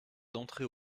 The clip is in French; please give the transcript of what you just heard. d’entrée